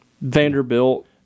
Vanderbilt